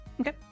Okay